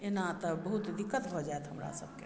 एना तऽ बहुत दिक्कत भऽ जायत हमरा सभके